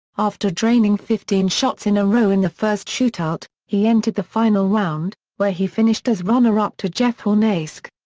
after draining fifteen shots in a row in the first shootout, he entered the final round, where he finished as runner-up to jeff hornacek.